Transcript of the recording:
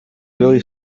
really